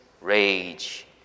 Rage